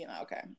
okay